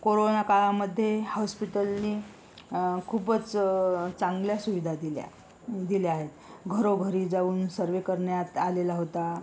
corona काळामध्ये हॉस्पिटलने खूपच चांगल्या सुविधा दिल्या दिल्या आहेत घरोघरी जाऊन सर्वे करण्यात आलेला होता